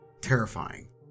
Terrifying